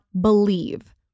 believe